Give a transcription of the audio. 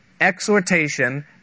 exhortation